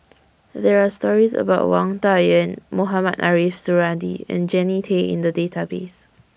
There Are stories about Wang Dayuan Mohamed Ariff Suradi and Jannie Tay in The Database